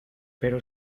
pero